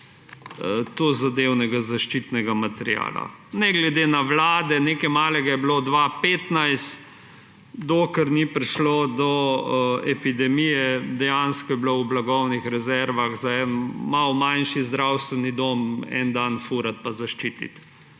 tozadevnega zaščitnega materiala ne glede na vlade. Nekaj malega je bilo 2015, dokler ni prišlo do epidemije, je bilo v blagovnih rezervah dejansko za en malo manjši zdravstveni dom en dan furati in zaščititi.